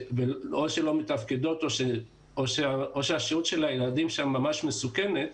או שלא מתפקדות את שהשהות של הילדים שם ממש מסוכנת,